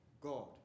God